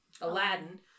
Aladdin